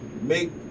make